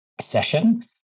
session